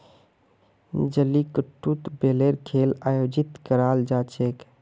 जलीकट्टूत बैलेर खेल आयोजित कराल जा छेक